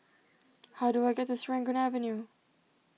how do I get to Serangoon Avenue